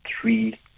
three